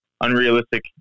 unrealistic